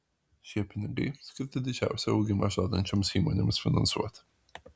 šie pinigai skirti didžiausią augimą žadančioms įmonėms finansuoti